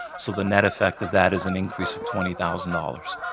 so the net effect of that is an increase of twenty thousand dollars.